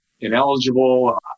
ineligible